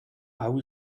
hau